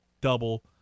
double